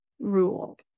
rule